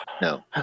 No